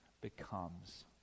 becomes